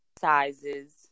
sizes